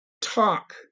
talk